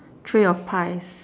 tray of pies